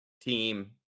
team